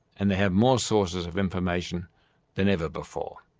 and they have more sources of information than ever before.